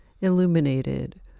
illuminated